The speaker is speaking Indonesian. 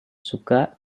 suka